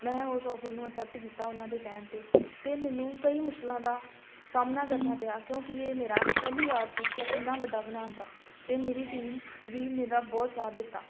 ਮੈਂ ਉਸ ਅੋਫਰ ਨੂੰ ਅਸੈਪਟ ਕੀਤਾ ਉਹਨਾਂ ਦੇ ਕਹਿਣ 'ਤੇ ਅਤੇ ਮੈਨੂੰ ਕਈ ਮੁਸ਼ਕਲਾਂ ਦਾ ਸਾਹਮਣਾ ਕਰਨਾ ਪਿਆ ਕਿਉਂਕਿ ਇਹ ਮੇਰਾ ਪਹਿਲੀ ਵਾਰ ਸੀ ਕੁਛ ਇੰਨਾ ਵੱਡਾ ਬਣਾਉਣ ਦਾ ਅਤੇ ਮੇਰੀ ਟੀਮ ਵੀ ਮੇਰਾ ਬਹੁਤ ਸਾਥ ਦਿੱਤਾ